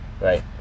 Right